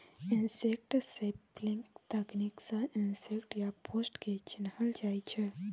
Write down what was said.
insect sampling तकनीक सँ insect या पेस्ट केँ चिन्हल जाइ छै